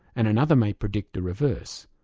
and another may predict the reverse.